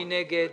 נא להצביע.